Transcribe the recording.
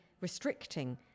restricting